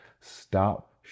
Stop